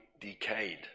decayed